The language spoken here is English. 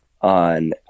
on